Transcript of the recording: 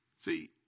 See